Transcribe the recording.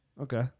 Okay